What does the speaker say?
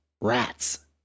rats